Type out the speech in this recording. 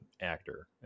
actor